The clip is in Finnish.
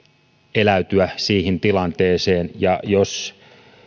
eläytyä siihen tilanteeseen ja jos